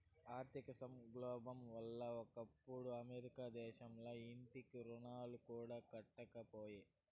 ఆర్థిక సంక్షోబం వల్ల ఒకప్పుడు అమెరికా దేశంల ఇంటి రుణాలు కూడా కట్టకపాయే